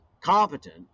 competent